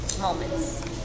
moments